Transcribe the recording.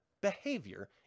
behavior